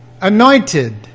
anointed